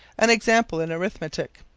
an example in arithmetic.